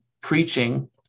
preaching